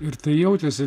ir tai jautėsi